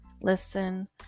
Listen